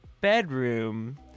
bedroom